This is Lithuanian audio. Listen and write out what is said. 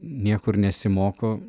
niekur nesimoko